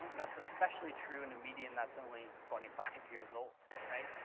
that's especially true in a medium that's only twenty five years old, right?